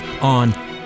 on